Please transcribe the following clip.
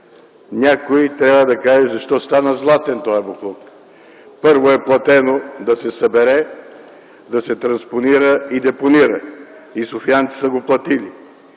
някой трябва да каже защо стана златен този боклук. Първо е платено да се събере, да се транспонира и депонира и софиянци са го платили.